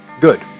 Good